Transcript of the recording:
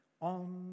on